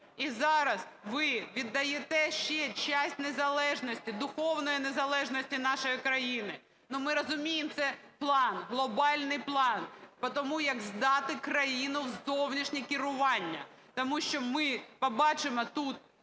І зараз ви віддаєте ще часть незалежності, духовної незалежності нашої країни. Ми розуміємо, це план, глобальний план по тому, як здати країну в зовнішнє керування. Тому що ми побачимо тут